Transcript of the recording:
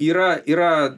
yra yra